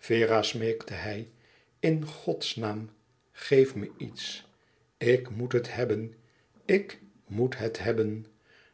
vera smeekte hij in godsnaam geef me iets ik moet het hebben ik moet het hebben